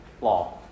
law